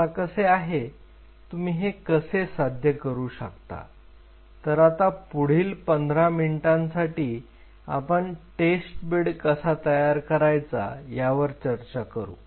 आता कसे आहे तुम्ही हे कसे साध्य करू शकता तर आता पुढील पंधरा मिनिटांसाठी आपण टेस्ट बेड कसा तयार करायचा यावर चर्चा करू